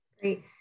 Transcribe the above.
Great